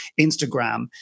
Instagram